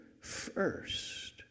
first